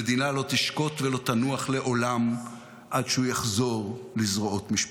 המדינה לא תשקוט ולא תנוח לעולם עד שהוא יחזור לזרועות משפחתו.